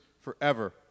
forever